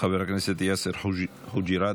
חבר הכנסת יאסר חוג'יראת,